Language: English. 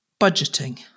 Budgeting